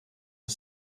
are